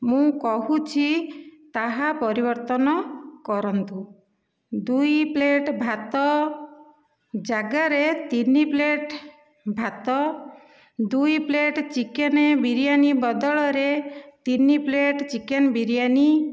ମୁଁ କହୁଛି ତାହା ପରିବର୍ତ୍ତନ କରନ୍ତୁ ଦୁଇ ପ୍ଲେଟ ଭାତ ଜାଗାରେ ତିନି ପ୍ଲେଟ ଭାତ ଦୁଇ ପ୍ଲେଟ ଚିକେନ ବିରିୟାନୀ ବଦଳରେ ତିନି ପ୍ଲେଟ ଚିକେନ ବିରିୟାନୀ